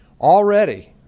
Already